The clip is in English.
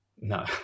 no